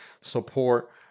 support